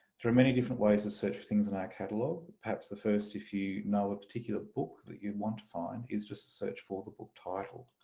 there are many different ways to search for things in our catalogue, perhaps the first if you know a particular book that you want to find is just to search for the book title.